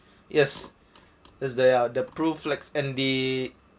yes is there are the pruflex and the